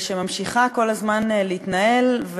שממשיכה כל הזמן להתנהל,